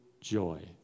joy